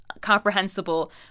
comprehensible